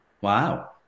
Wow